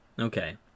Okay